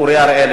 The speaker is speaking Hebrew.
אורי אריאל,